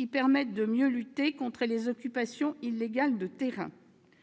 à permettre de mieux lutter contre les occupations illégales de terrains.